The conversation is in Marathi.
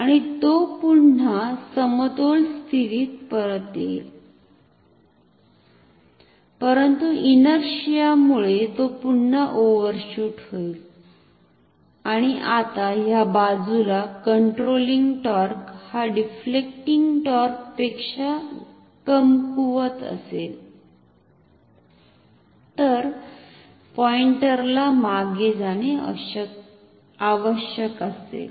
आणि तो पुन्हा समतोल स्थितीत परत येईल परंतु इनरशीआ मुळे तो पुन्हा ओव्हरशूट होईल आणि आता ह्या बाजूला कंट्रोलिंग टॉर्क हा डिफ्लेकटिंग टॉर्क पेक्षा कमकुवत असेल तर पॉईंटर ला मागे जाणे आवश्यक असेल